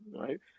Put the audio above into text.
right